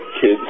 kids